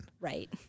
Right